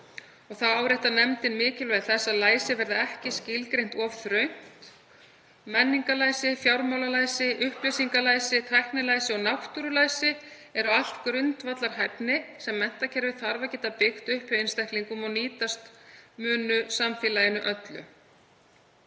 Þá áréttar nefndin mikilvægi þess að læsi verði ekki skilgreint of þröngt. Menningarlæsi, fjármálalæsi, upplýsingalæsi, tæknilæsi og náttúrulæsi er allt grundvallarhæfni sem menntakerfið þarf að geta byggt upp hjá einstaklingum og nýtast munu samfélaginu öllu.